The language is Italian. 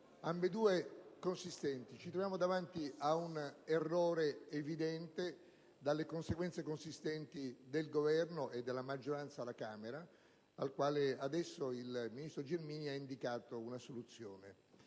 ambedue consistenti. Vi è anzitutto un errore evidente, dalle conseguenze consistenti del Governo e della maggioranza alla Camera, al quale adesso il ministro Gelmini ha indicato una soluzione.